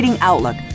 Outlook